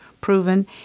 proven